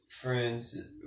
friends